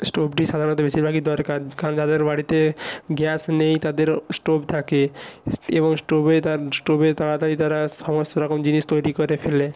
স্টোবটি সাধারণত বেশিরভাগই দরকার কারণ যাদের বাড়িতে গ্যাস নেই তাদেরও স্টোব থাকে এবং স্টোভেই তার স্টোভেই তাড়াতাড়ি তারা সমস্ত রকম জিনিস তৈরি করে ফেলে